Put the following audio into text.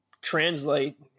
translate